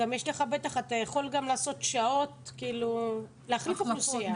בטח אתה יכול גם לעשות שעות, להחליף אוכלוסייה.